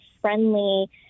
friendly